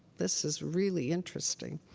this is really interesting.